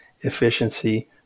efficiency